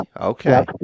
okay